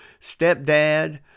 stepdad